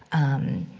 um,